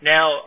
Now